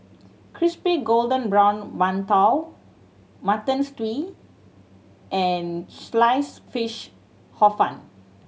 crispy golden brown mantou Mutton Stew and Sliced Fish Hor Fun